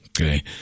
Okay